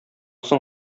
соң